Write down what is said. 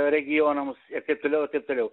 regionams ir taip toliau ir taip toliau